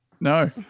No